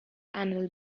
annual